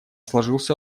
сложился